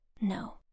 No